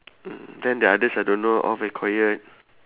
hmm then the others I don't know all very quiet